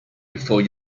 before